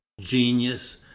genius